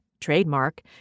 trademark